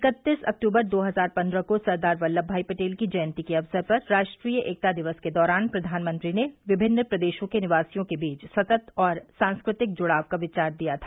इकत्तीस अक्टूबर दो हजार पन्द्रह को सरदार वल्लभ भाई पटेल की जयंती के अवसर पर राष्ट्रीय एकता दिवस के दौरान प्रधानमंत्री ने विभिन्न प्रदेशों के निवासियों के बीच सतत और सांस्कृतिक ज्ड़ाव का विचार दिया था